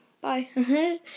bye